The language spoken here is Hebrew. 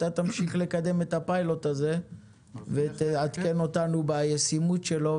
אתה תמשיך לקדם את הפיילוט הזה ותעדכן אותנו בישימות שלו,